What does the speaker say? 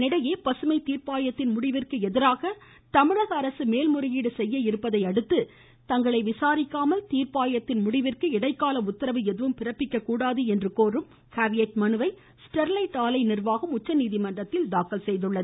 இதனிடையே தீர்ப்பாயத்தின் முடிவிந்கு எதிராக தமிழக அரசு மேல்முறையீடு செய்ய இருப்பதையடுத்து தங்களை விசாரிக்காமல் தீர்ப்பாயத்தின் முடிவிந்கு இடைக்கால உத்தரவு எதும் பிறப்பிக்க கூடாது என்று கோரும் கேவியட் மனுவை ஸ்டெர்லைட் ஆலை நிர்வாகம் உச்சநீதிமன்றத்தில் தாக்கல் செய்துள்ளது